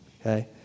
Okay